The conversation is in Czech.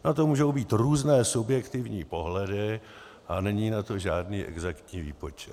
Na to můžou být různé subjektivní pohledy a není na to žádný exaktní výpočet.